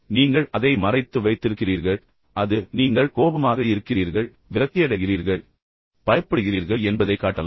எனவே நீங்கள் அதை மறைத்து வைத்திருக்கிறீர்கள் அது நீங்கள் கோபமாக இருக்கிறீர்கள் விரக்தியடைகிறீர்கள் அல்லது பயப்படுகிறீர்கள் என்பதைக் காட்டலாம்